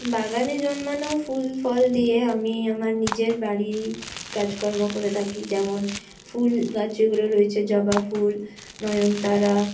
বাগানে জন্মানো ফুল ফল দিয়ে আমি আমার নিজের বাড়ির কাজকর্ম করে থাকি যেমন ফুলগাছ যেগুলো রয়েছে জবাফুল নয়নতারা